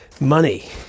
Money